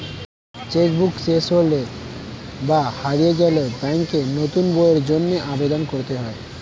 check book শেষ হলে বা হারিয়ে গেলে ব্যাঙ্কে নতুন বইয়ের জন্য আবেদন করতে হয়